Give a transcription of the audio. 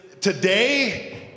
today